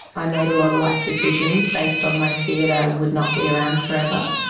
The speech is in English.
i made a lot of life decisions based on my fear that i would not be around forever.